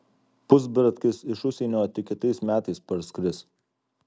pusbratkis iš užsienio tik kitais metais parskris